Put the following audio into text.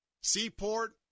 seaport